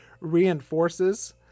reinforces